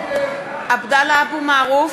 (קוראת בשמות חברי הכנסת) עבדאללה אבו מערוף,